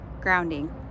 grounding